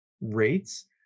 rates